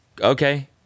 okay